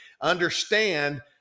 Understand